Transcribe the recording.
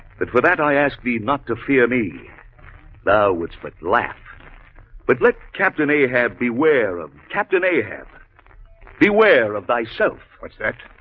but for that i asked me not to fear me thou wouldst but laugh but let captain ahab beware of captain ahab beware of thyself was that